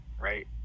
right